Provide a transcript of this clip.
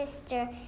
sister